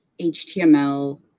HTML